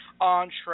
entree